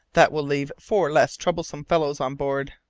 that will leave four less troublesome fellows on board.